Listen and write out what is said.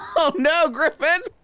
oh, no, griffin!